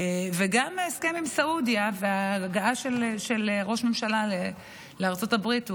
וגם ההסכם עם סעודיה וההגעה של ראש ממשלה לארצות הברית,